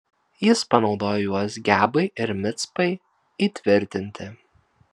jis panaudojo juos gebai ir micpai įtvirtinti